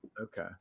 okay